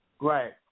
Right